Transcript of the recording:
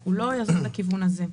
הוא לא יזוז לכיוון הזה.